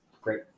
great